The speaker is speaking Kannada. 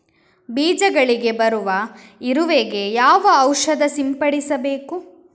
ಬೀಜಗಳಿಗೆ ಬರುವ ಇರುವೆ ಗೆ ಯಾವ ಔಷಧ ಸಿಂಪಡಿಸಬೇಕು?